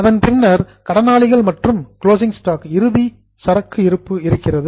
அதன் பின்னர் டெட்டார்ஸ் கடனாளிகள் மற்றும் கிளோசிங் ஸ்டாக் இறுதி சரக்கு இருப்பு இருக்கிறது